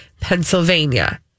Pennsylvania